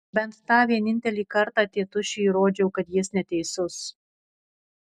bent tą vienintelį kartą tėtušiui įrodžiau kad jis neteisus